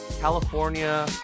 California